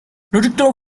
reticular